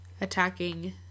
attacking